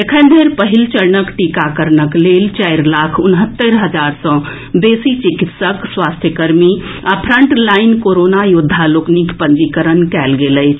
एखन धरि पहिल चरणक टीकाकरणक लेल चारि लाख उन्हत्तरि हजार सँ बेसी चिकित्सक स्वास्थ्यकर्मी आ फ्रंटलाईन कोरोना योद्वा लोकनिक पंजीकरण कएल गेल अछि